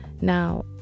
Now